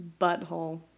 butthole